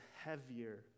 heavier